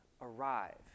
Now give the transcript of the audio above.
arrive